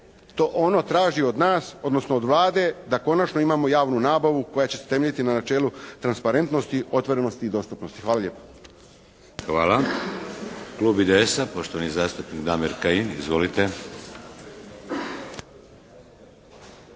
ali ono traži od nas odnosno od Vlade da konačno imamo javnu nabavu koja će se temeljiti na načelu transparentnosti, otvorenosti i dostupnosti. Hvala lijepo. **Šeks, Vladimir (HDZ)** Hvala. Klub IDS-a, poštovani zastupnik Damir Kajin. Izvolite!